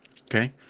Okay